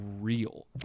real